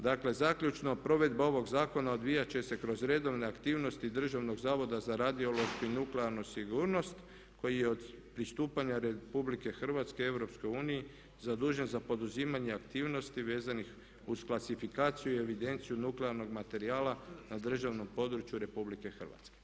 Dakle, zaključno, provedba ovog zakona odvijat će se kroz redovne aktivnosti Državnog zavoda za radiološku i nuklearnu sigurnost koji je od pristupanja RH EU zadužen za poduzimanje aktivnosti vezanih uz klasifikaciju i evidenciju nuklearnog materijala na državnom području RH.